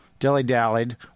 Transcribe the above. dilly-dallied